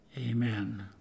Amen